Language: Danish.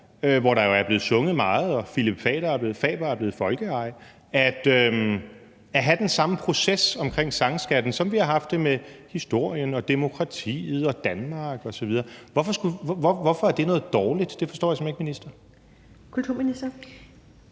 hvor der jo er blevet sunget meget og Phillip Faber er blevet folkeeje, kunne være relevant at have den samme proces omkring sangskatten, som vi har haft det med historien og demokratiet og Danmark osv. Hvorfor er det noget dårligt? Det forstår jeg simpelt hen ikke, minister. Kl.